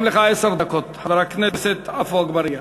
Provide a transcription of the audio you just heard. גם לך עשר דקות, חבר הכנסת עפו אגבאריה.